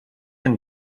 and